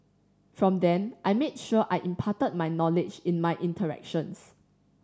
from then I made sure I imparted my knowledge in my interactions